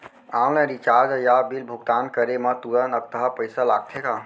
Online recharge या bill भुगतान करे मा तुरंत अक्तहा पइसा लागथे का?